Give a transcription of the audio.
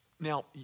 Now